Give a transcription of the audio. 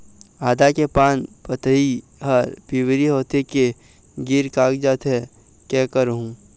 आदा के पान पतई हर पिवरी होथे के गिर कागजात हे, कै करहूं?